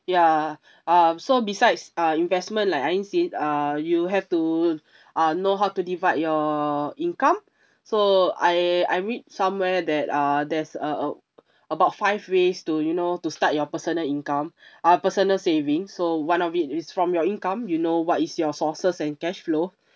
ya um so besides uh investment like ain said uh you have to uh know how to divide your income so I I read somewhere that uh there's uh a~ about five ways to you know to start your personal income uh personal saving so one of it is from your income you know what is your sources and cash flow